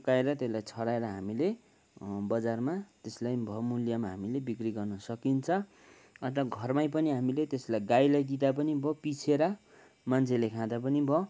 सुकाएर त्यसलाई छोड्याएर हामीले बजारमा त्यससलाई बहुमूल्यमा हामीले बिक्री गर्न सकिन्छ अन्त घरमै पनि हामीले त्यसलाई गाईलाई दिँदा पनि भयो पिसेर मान्छेले खाँदा पनि भयो